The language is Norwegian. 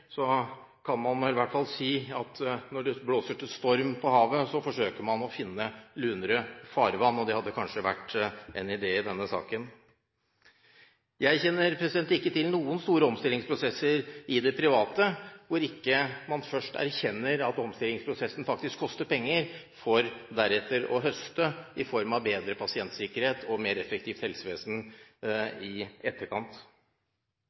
så forsøker man å finne lunere farvann. Det hadde kanskje vært en idé i denne saken. Jeg kjenner ikke til noen store omstillingsprosesser i det private hvor man ikke først erkjenner at omstillingsprosessen faktisk koster penger, for deretter, i etterkant, å høste i form av bedre pasientsikkerhet og et mer effektivt helsevesen.